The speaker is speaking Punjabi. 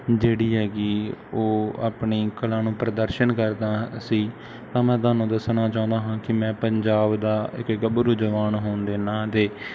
ਜਿਹੜੀ ਹੈਗੀ ਉਹ ਆਪਣੀ ਕਲਾ ਨੂੰ ਪ੍ਰਦਰਸ਼ਨ ਕਰਦਾ ਹਾਂ ਸੀ ਤਾਂ ਮੈਂ ਤੁਹਾਨੂੰ ਦੱਸਣਾ ਚਾਹੁੰਦਾ ਹਾਂ ਕਿ ਮੈਂ ਪੰਜਾਬ ਦਾ ਇੱਕ ਗੱਭਰੂ ਜਵਾਨ ਹੋਣ ਦੇ ਨਾਮ 'ਤੇ